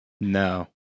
No